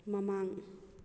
ꯃꯃꯥꯡ